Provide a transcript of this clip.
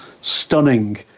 stunning